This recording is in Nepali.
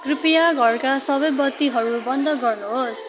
कृपया घरका सबै बत्तीहरू बन्द गर्नुहोस्